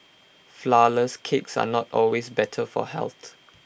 Flourless Cakes are not always better for health